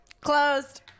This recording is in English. closed